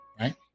right